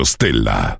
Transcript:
Stella